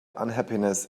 unhappiness